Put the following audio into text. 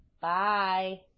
Bye